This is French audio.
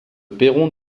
perron